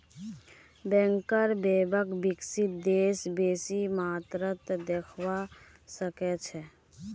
banker बैंकक विकसित देशत बेसी मात्रात देखवा सके छै